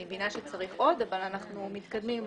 אני מבינה שצריך עוד, אבל אנחנו מתקדמים לשם.